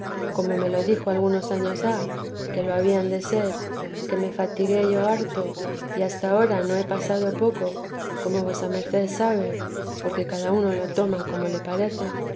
como me lo dijo algunos años ha que lo habían de ser que me fatigué yo harto y hasta ahora no he pasado poco como vuesa merced sabe porque cada uno lo toma como le parece